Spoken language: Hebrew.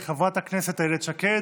חברת הכנסת איילת שקד.